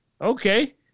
Okay